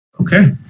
Okay